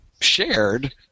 shared